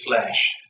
flesh